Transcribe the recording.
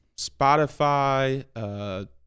Spotify